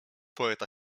poeta